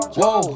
whoa